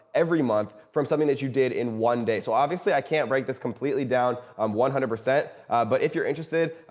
every month from something that you did in one day. so, obviously, i can't break this completely down um one hundred. but if you're interested,